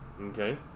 Okay